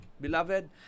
Beloved